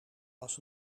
was